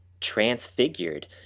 transfigured